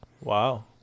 Wow